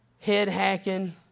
head-hacking